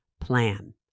plan